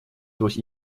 durch